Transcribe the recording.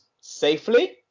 safely